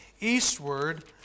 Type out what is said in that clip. eastward